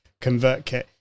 ConvertKit